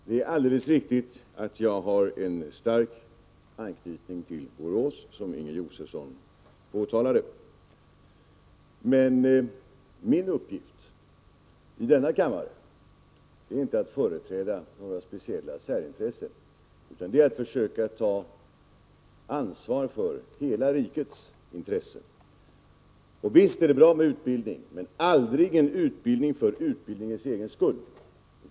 Herr talman! Det är alldeles riktigt, som Inger Josefsson påpekade, att jag har en stark anknytning till Borås. Min uppgift i denna kammare är emellertid inte att företräda några speciella särintressen, utan det är att försöka ta ansvar för hela rikets intressen. Visst är det bra med utbildning, men aldrig en utbildning för utbildningens egen skull.